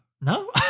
No